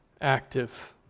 active